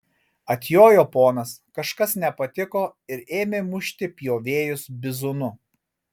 atjojo ponas kažkas nepatiko ir ėmė mušti pjovėjus bizūnu